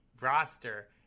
roster